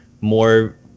more